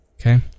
Okay